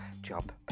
job